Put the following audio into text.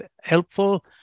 helpful